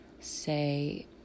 Say